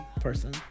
person